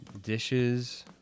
Dishes